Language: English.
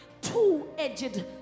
two-edged